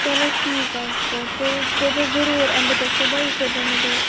چَلو ٹھیٖک حظ گوٚو تیٚلہِ کٔرِزیٚو ضروٗر یِمہٕ بہٕ تیٚلہِ صُبحٲے کٔرِزیٚو مےٚ تیٚلہِ